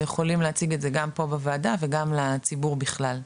ויכולים להציג את זה גם פה בוועדה וגם לציבור בכלל.